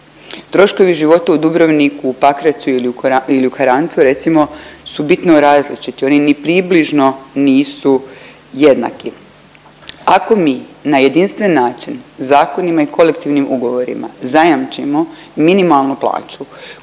Troškovi života u Dubrovniku, Pakracu ili u Karancu recimo su bitno različiti. Oni ni približno nisu jednaki. Ako mi na jedinstven način zakonima i kolektivnim ugovorima, zajamčimo minimalnu plaću